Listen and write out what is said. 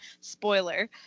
spoiler